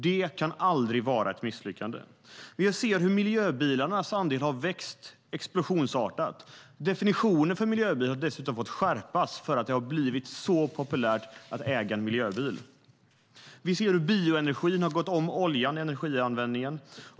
Det kan aldrig vara ett misslyckande. Miljöbilarnas andel har växt explosionsartat. Definitionen av "miljöbil" har dessutom fått skärpas för att det har blivit så populärt att äga en miljöbil. Bioenergin har gått om oljan i energianvändningen.